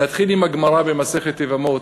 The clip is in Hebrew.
נתחיל עם הגמרא, מסכת יבמות,